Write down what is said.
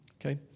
okay